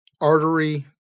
artery